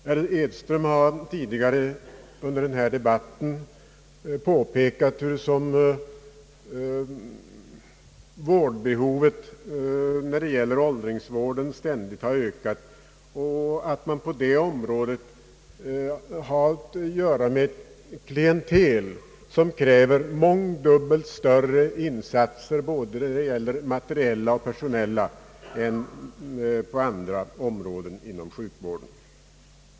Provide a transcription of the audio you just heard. Herr Edström har tidigare under debatten påpekat hur beho ven inom åldringsvården ständigt har ökat och att man på det området har att göra med ett klientel som kräver mångdubbelt större insatser både av materiella och personella resurser än på andra områden inom sjukvården.